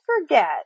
forget